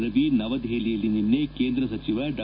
ರವಿ ನವದೆಪಲಿಯಲ್ಲಿ ನಿನ್ನೆ ಕೇಂದ್ರ ಸಚಿವ ಡಾ